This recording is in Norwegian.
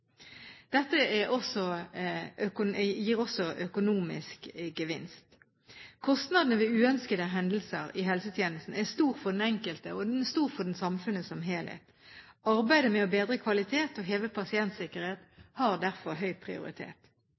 Dette gir også økonomisk gevinst. Kostnadene ved uønskede hendelser i helsetjenesten er stor for den enkelte, og den er stor for samfunnet som helhet. Arbeidet med å bedre kvaliteten og heve pasientsikkerheten har derfor høy prioritet.